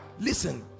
Listen